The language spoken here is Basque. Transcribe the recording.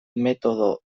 metodo